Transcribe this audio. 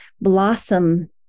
blossom